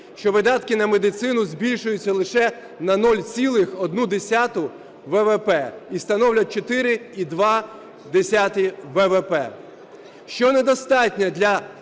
що видатки на медицину збільшуються лише на 0,1 ВВП і становлять 4,2 ВВП,